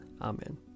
Amen